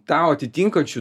tau atitinkančių